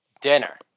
dinner